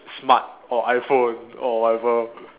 smart or iPhone or whatever